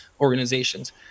organizations